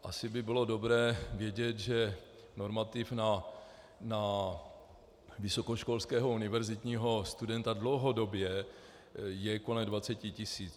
Asi by bylo dobré vědět, že normativ na vysokoškolského univerzitního studenta dlouhodobě je kolem 20 tisíc.